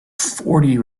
forty